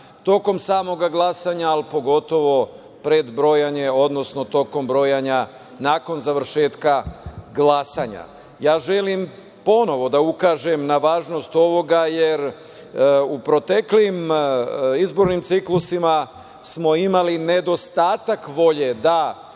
tokom samog glasanje, a pogotovo pred brojanje, odnosno tokom brojanja nakon završetka glasanja. Želim ponovo da ukažem na važnost ovoga, jer u proteklim izbornim ciklusima smo imali nedostatak volje da